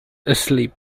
asleep